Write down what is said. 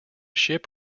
ship